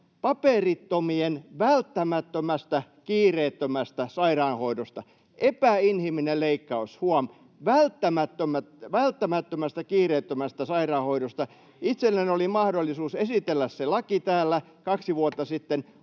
paperittomien välttämättömästä kiireettömästä sairaanhoidosta. Epäinhimillinen leikkaus, huom. välttämättömästä kiireettömästä sairaanhoidosta. Itselläni oli mahdollisuus esitellä se laki täällä kaksi vuotta sitten.